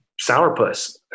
sourpuss